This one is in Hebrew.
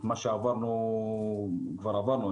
את מה שעברנו כבר עברנו,